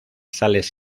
sales